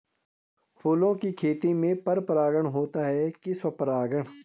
फूलों की खेती में पर परागण होता है कि स्वपरागण?